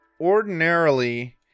ordinarily